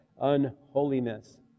unholiness